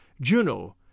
Juno